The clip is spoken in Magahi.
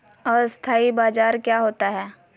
अस्थानी बाजार क्या होता है?